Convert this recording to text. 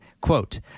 quote